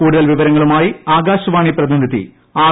കൂടുതൽ വിവരങ്ങളുമായി ആകാശവാണി പ്രതിനിധി ആർ